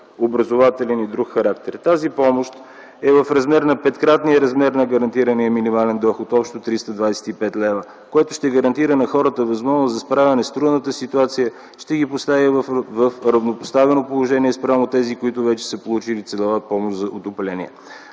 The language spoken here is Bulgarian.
образователен и друг характер. Тази помощ е в размер на петкратния размер на гарантирания минимален доход, общо 325 лв., което ще гарантира на хората възможност за справяне с трудната ситуация, ще ги постави в равнопоставено положение спрямо тези, които вече са получили целева помощ за отопление.